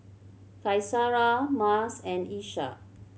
Qaisara Mas and Ishak